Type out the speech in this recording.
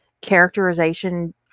characterization